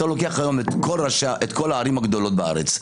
אתה לוקח היום את כל הערים הגדולות בארץ,